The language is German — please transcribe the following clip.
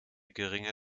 geringe